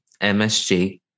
MSG